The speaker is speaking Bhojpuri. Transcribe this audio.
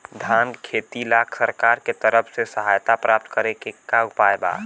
धान के खेती ला सरकार के तरफ से सहायता प्राप्त करें के का उपाय बा?